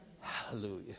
Hallelujah